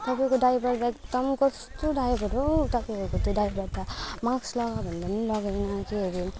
तपाईँको ड्राइभर दाजु त एकदम कस्तो ड्राइभर हो तपाईँहरूको त ड्राइभर त माक्स लगाऊ भन्दा पनि लगाएन के हरे